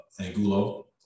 Angulo